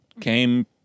came